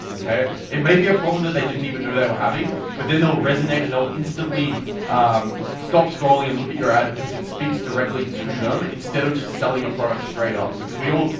it may be a problem that they didn't even know they were having but then they'll resonate and they'll instantly stop scrolling and look at your ad because it speaks directly to them instead of just selling a product straight up, because we all,